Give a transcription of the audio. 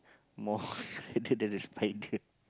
more than the the spider